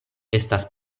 estas